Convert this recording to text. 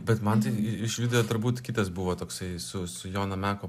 bet man tai iš video turbūt kitas buvo toksai su su jono meko